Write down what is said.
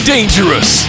Dangerous